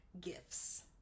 gifts